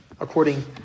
according